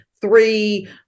three